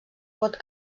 pot